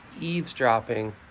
Eavesdropping